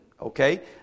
okay